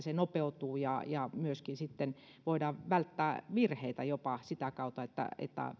se nopeutuu ja ja myöskin sitten voidaan välttää virheitä jopa sitä kautta että